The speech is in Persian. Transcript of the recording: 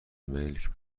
ملک